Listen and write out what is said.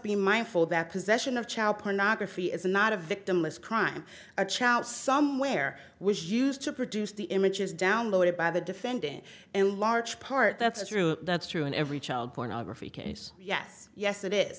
be mindful that possession of child pornography is not a victimless crime a child somewhere was used to produce the images downloaded by the defendant and larch part that's true that's true in every child pornography case yes yes it is